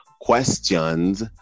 questions